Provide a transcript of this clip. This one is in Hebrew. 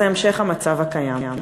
המשך המצב הקיים.